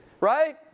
right